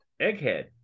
Egghead